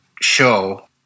show